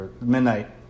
Midnight